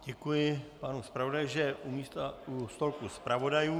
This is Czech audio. Děkuji panu zpravodaji, že je u stolku zpravodajů.